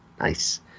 Nice